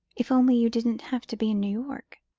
if only you didn't have to be in new york.